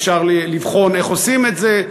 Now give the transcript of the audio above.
אפשר לבחון איך עושים את זה,